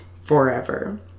forever